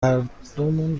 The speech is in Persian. هردومون